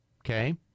okay